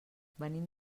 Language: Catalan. venim